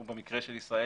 הוא במקרה של ישראל,